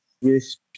use